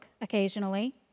occasionally